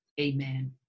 amen